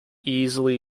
easily